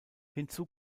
hinzu